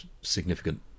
significant